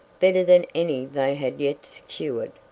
better than any they had yet secured.